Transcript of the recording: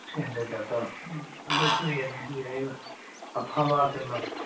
three ꯍꯟꯗ꯭ꯔꯦꯠꯇ ꯀꯣ ꯑꯗꯨꯁꯨ ꯌꯥꯗꯤ ꯌꯥꯏꯌꯦꯕ ꯑꯐꯕ ꯀꯩꯅꯣ